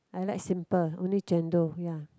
I like simple only Chendol ya